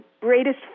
greatest